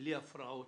בלי הפרעות.